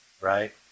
Right